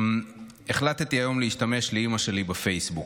"החלטתי היום להשתמש לאימא שלי בפייסבוק.